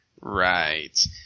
Right